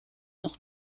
noch